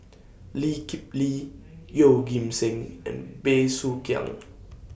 Lee Kip Lee Yeoh Ghim Seng and Bey Soo Khiang